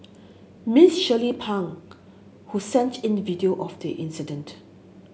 Miss Shirley Pang who sent in video of the incident